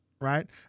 right